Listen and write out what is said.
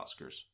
Oscars